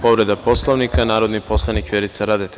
Povreda Poslovnika, narodni poslanik Vjerica Radeta.